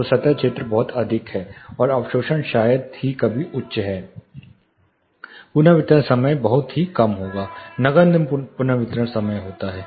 तो सतह क्षेत्र बहुत अधिक है और अवशोषण शायद ही कभी उच्च है पुनर्वितरण समय बहुत कम होगा नगण्य पुनर्वितरण समय होता है